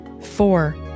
Four